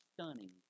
stunning